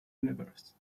universe